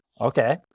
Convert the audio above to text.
okay